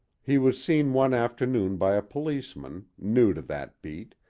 he was seen one afternoon by a policeman, new to that beat,